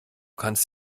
kannst